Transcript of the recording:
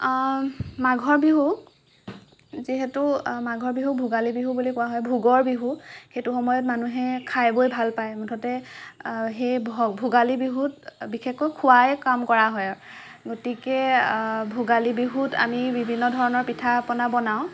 মাঘৰ বিহু যিহেতু মাঘৰ বিহু ভোগালী বিহু বুলি কোৱা হয় ভোগৰ বিহু সেইটো সময়ত মানুহে খাই বৈ ভাল পাই মুঠতে সেই ভোগালী বিহুত বিশেষকৈ খোৱাই কাম কৰা হয় গতিকে ভোগালী বিহুত আমি বিভিন্ন ধৰণৰ পিঠা পনা বনাওঁ